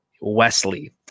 Wesley